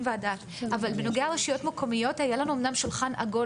והדעת אבל בנוגע לרשויות מקומיות היה לנו אמנם שולחן עגול